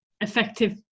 effective